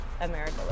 America